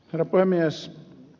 herra puhemies